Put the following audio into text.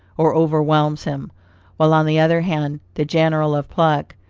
or overwhelms him while on the other hand, the general of pluck,